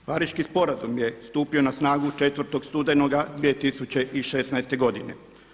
Pariški sporazum je stupio na snagu 4. studenoga 2016. godine.